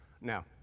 Now